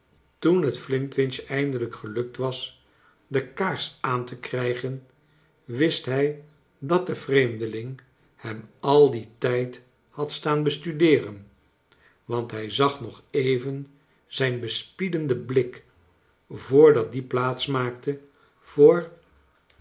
toen het flintwinch eindelijk gelukt was de kaars aan te krijgen wist hij dat de vreemdeling hem al dien tijd had staan bestudeeren want hij zag nog even zijn bespiedenden blik voor dat die plaats maakte voor